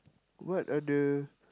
what are the